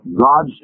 God